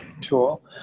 tool